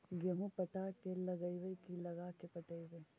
गेहूं पटा के लगइबै की लगा के पटइबै?